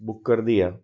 book कर दिया